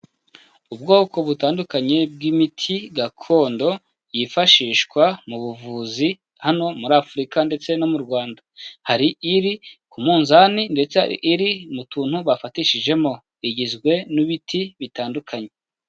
Ubwoko butandukanye bw'imiti gakondo yifashishwa mu buvuzi hano muri Afurika ndetse no mu Rwanda, hari iri ku munzani ndetse iri mu tuntu bafatishijemo igizwe n'ibiti bitandukanye.